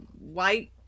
white